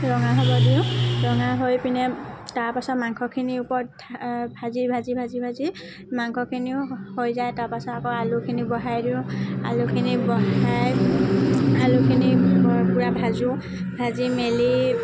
ৰঙা হ'ব দিওঁ ৰঙা হৈ পিনে তাৰপিছত মাংসখিনি ওপৰত ভাজি ভাজি ভাজি ভাজি মাংসখিনিও হৈ যায় তাৰপিছত আকৌ আলুখিনি বহাই দিওঁ আলুখিনি বহাই আলুখিনি পুৰা ভাজো ভাজি মেলি